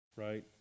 Right